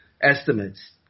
estimates